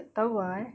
tak tahu ah eh